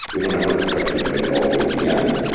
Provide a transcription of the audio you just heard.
we don't ever expect you to make it all the way to the end,